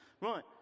Right